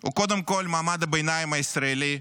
הוא קודם כול מעמד הביניים הישראלי,